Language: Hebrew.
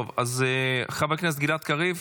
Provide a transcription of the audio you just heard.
חבר הכנסת גלעד קריב,